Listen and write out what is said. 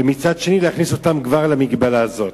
ומצד שני להכניס אותם כבר למגבלה הזאת.